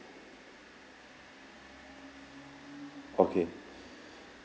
okay